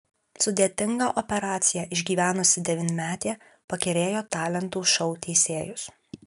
sudėtingą operaciją išgyvenusi devynmetė pakerėjo talentų šou teisėjus